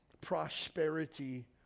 prosperity